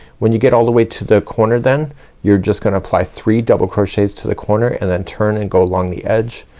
when you get all the way to the corner then you're just gonna apply three double crochets to the corner and then turn and go along the edge.